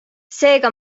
seega